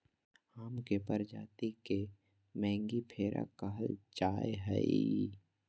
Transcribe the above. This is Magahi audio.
आम के प्रजाति के मेंगीफेरा कहल जाय हइ